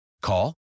Call